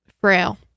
frail